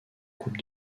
coupe